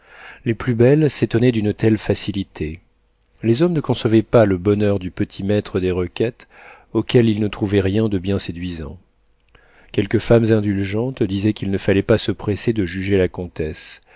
les plus belles s'étonnaient d'une telle facilité les hommes ne concevaient pas le bonheur du petit maître des requêtes auquel ils ne trouvaient rien de bien séduisant quelques femmes indulgentes disaient qu'il ne fallait pas se presser de juger la comtesse